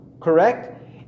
correct